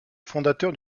fondateur